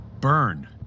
burn